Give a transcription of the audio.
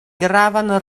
gravan